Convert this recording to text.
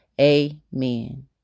amen